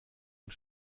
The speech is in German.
und